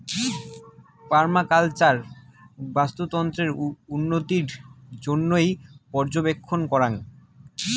permaculture বাস্তুতন্ত্রের উন্নতির জইন্যে পর্যবেক্ষণ করাং